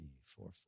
four